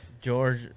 George